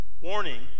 Warning